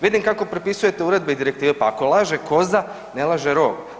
Vidim kako prepisujete uredbe i direktive, pa ako laže koza ne laže rog.